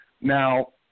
Now